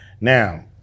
Now